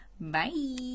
Bye